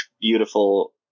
beautiful